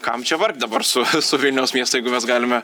kam čia vargt dabar su vilniaus miestu jeigu mes galime